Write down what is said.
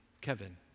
Kevin